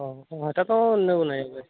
ଅଁ ହଁ ହଁ ହେଟା ତ ଅନେବୁଲ ନାହିଁ ଏବେ